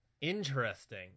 Interesting